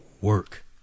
work